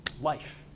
life